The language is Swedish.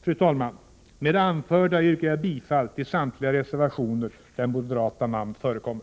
Fru talman! Med det anförda yrkar jag bifall till samtliga reservationer där moderata namn förekommer.